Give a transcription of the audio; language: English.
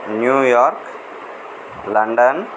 New York London